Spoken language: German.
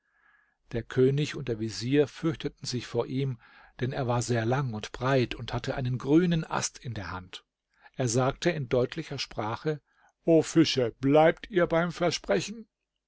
der könig und der vezier fürchteten sich vor ihm denn er war sehr lang und breit und hatte einen grünen ast in der hand er sagte in deutlicher sprache o fische bleibt ihr beim versprechen